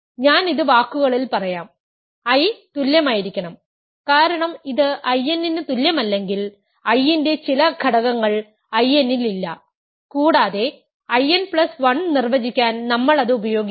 ഞാൻ ഇത് വാക്കുകളിൽ പറയാം I തുല്യമായിരിക്കണം കാരണം ഇത് In ന് തുല്യമല്ലെങ്കിൽ I ന്റെ ചില ഘടകങ്ങൾ In ൽ ഇല്ല കൂടാതെ I n പ്ലസ് 1 നിർവചിക്കാൻ നമ്മൾ അത് ഉപയോഗിക്കുന്നു